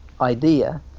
idea